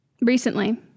recently